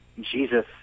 Jesus